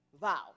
vow